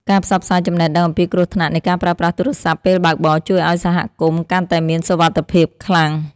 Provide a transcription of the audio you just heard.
ការផ្សព្វផ្សាយចំណេះដឹងអំពីគ្រោះថ្នាក់នៃការប្រើប្រាស់ទូរសព្ទពេលបើកបរជួយឱ្យសហគមន៍កាន់តែមានសុវត្ថិភាពខ្លាំង។